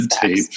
tape